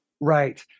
right